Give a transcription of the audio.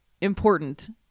important